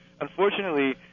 unfortunately